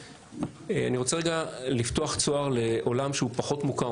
אני רוצה לפתוח צוהר לעולם שהוא פחות מוכר,